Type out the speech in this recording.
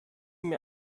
mir